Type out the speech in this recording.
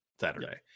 Saturday